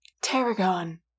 Tarragon